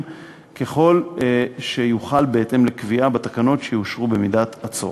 ככל שיוכל בהתאם לקביעה בתקנות שיאושרו במידת הצורך.